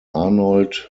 arnold